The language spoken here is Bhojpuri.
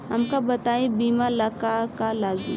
हमका बताई बीमा ला का का लागी?